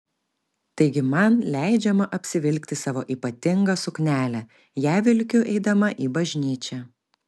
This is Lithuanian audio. taigi man leidžiama apsivilkti savo ypatingą suknelę ją vilkiu eidama į bažnyčią